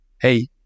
hey